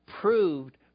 proved